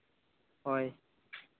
ᱦᱳᱭ